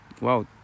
wow